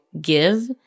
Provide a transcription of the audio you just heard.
give